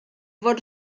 fod